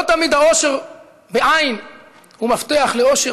לא תמיד העושר הוא מפתח לאושר,